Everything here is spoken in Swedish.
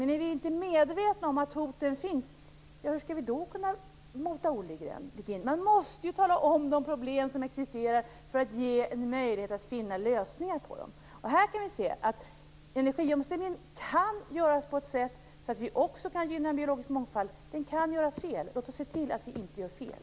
Men är vi inte medvetna om att hoten finns, hur skall vi då kunna mota Olle i grind? Man måste tala om vilka problem som existerar för att ge en möjlighet att finna lösningar på dem. Vi kan se att energiomställningen kan göras på ett sådant sätt att vi också gynnar en biologisk mångfald, men den kan göras fel. Låt oss se till att vi inte gör fel.